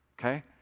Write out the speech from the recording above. Okay